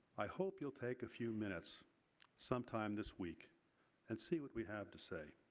i hope you will take a few minutes sometime this week and see what we have to say.